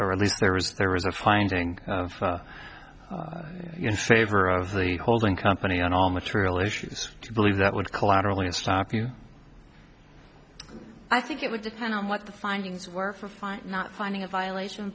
or at least there was there was a finding in favor of the holding company on all material issues to believe that would collateral and stop you i think it would depend on what the findings were for fun not finding a violation